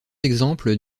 exemple